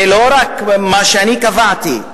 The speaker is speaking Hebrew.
זה לא רק מה שאני קבעתי,